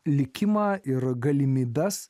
likimą ir galimybes